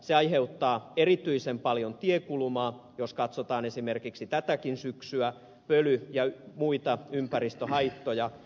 se aiheuttaa erityisen paljon tiekulumaa jos katsotaan esimerkiksi tätäkin syksyä ja pöly ja muita ympäristöhaittoja